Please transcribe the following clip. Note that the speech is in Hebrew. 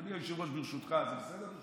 אדוני היושב-ראש, ברשותך, זה בסדר?